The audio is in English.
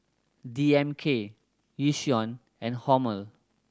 D M K Yishion and Hormel